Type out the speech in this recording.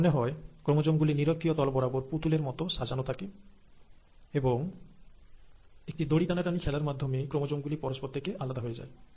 যেন মনে হয় ক্রোমোজোম গুলি নিরক্ষীয় তল বরাবর পুতুলের মতো সাজানো থাকে এবং একটি দড়ি টানাটানি খেলার মাধ্যমে ক্রোমোজোম গুলি পরস্পর থেকে আলাদা হয়ে যায়